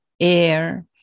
air